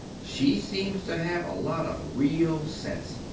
she seams to have a lot of rele sense,